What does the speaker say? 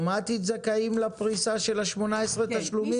אוטומטית זכאים לפריסה של 18 תשלומים?